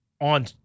on